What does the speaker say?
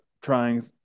trying